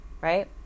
Right